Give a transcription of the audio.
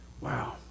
Wow